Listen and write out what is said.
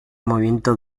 movimiento